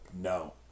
No